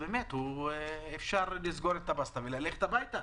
באמת אפשר לסגור את הבסטה וללכת הביתה.